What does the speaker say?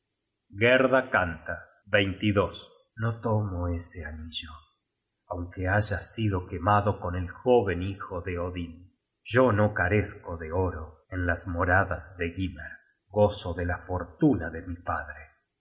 gerda canta no tomo ese anillo aunque haya sido quemado con el joven hijo de odin yo no carezco de oro en las moradas de gymer gozo de la fortuna de mi padre